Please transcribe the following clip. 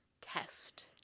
test